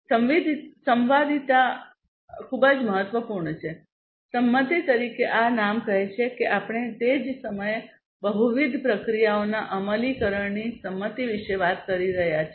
સંવાદિતા ખૂબ જ મહત્વપૂર્ણ છે સંમતિ તરીકે આ નામ કહે છે કે આપણે તે જ સમયે બહુવિધ પ્રક્રિયાઓના અમલીકરણની સંમતિ વિશે વાત કરી રહ્યા છીએ